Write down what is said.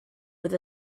with